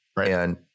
and-